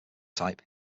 type